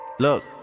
Look